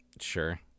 Sure